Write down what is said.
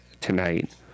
tonight